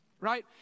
right